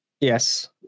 yes